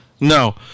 No